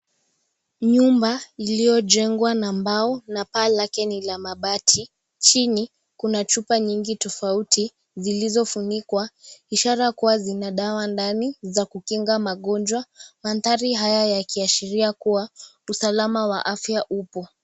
Nyumba iliyojengwa na mbao na paa lake ni la mabati, chini kuna chupa nyingi tofauti zilizofunikwa, ishara kuwa zina dawa ndani za kukinga magonjwa. Maandhari haya yakiashiria kuwa usalama wa afya upo.